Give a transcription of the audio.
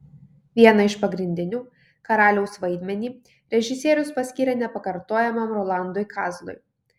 vieną iš pagrindinių karaliaus vaidmenį režisierius paskyrė nepakartojamam rolandui kazlui